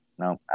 No